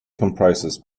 comprises